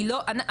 אני לא חושבת,